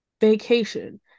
vacation